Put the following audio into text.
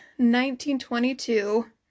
1922